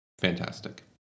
Fantastic